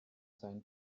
seinen